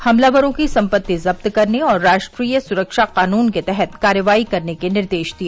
हमलावरों की सम्पत्ति जब्त करने और राष्ट्रीय सुरक्षा कानून के तहत कार्रवाई करने के निर्देश दिए